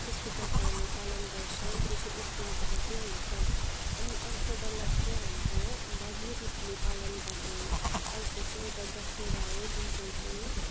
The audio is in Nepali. त्यस्तो प्रकारले पालन गर्छौँ त्यो चाहिँ एकदिनको मात्रै हुन्छ अनि अर्को डरलाग्दो हाम्रो भव्यरूपले पालन गर्ने अर्को चाहिँ एउटा दसेरा हो जुन चाहिँ चाहिँ